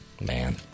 Man